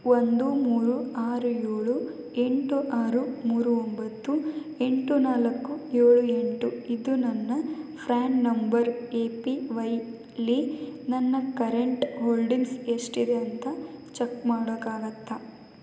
ಒಂದು ಮೂರು ಆರು ಏಳು ಎಂಟು ಆರು ಮೂರು ಒಂಬತ್ತು ಎಂಟು ನಾಲ್ಕು ಏಳು ಎಂಟು ಇದು ನನ್ನ ಫ್ರ್ಯಾನ್ ನಂಬರ್ ಎ ಪಿ ವೈಲಿ ನನ್ನ ಕರೆಂಟ್ ಹೋಲ್ಡಿಂಗ್ಸ್ ಎಷ್ಟಿದೆ ಅಂತ ಚೆಕ್ ಮಾಡೋಕ್ಕಾಗತ್ತಾ